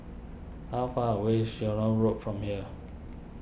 how far away is Ceylon Road from here